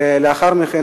ולאחר מכן,